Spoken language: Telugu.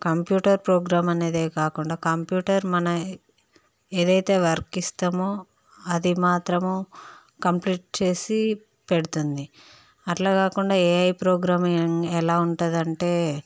కంప్యూటర్ ప్రోగ్రాం అనేది కాకుండా కంప్యూటర్ మన ఏదైతే వర్క్ ఇస్తామో అది మాత్రము కంప్లీట్ చేసి పెడుతుంది అట్లకాకుండా ఏఐ ప్రోగ్రామ్ ఎ ఎలా వుంటుందంటే